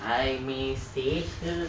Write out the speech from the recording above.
I message her